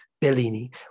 Bellini